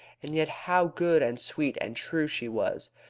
and yet how good and sweet and true she was!